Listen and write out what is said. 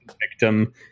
victim